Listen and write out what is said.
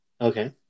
okay